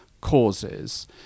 causes